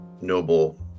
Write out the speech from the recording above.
noble